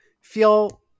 feel